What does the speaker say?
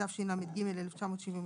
התשל"ג 1973,